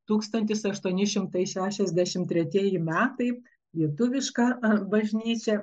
tūkstantis aštuoni šimtai šešiasdešimt tretieji metai kaip lietuvišk bažnyčia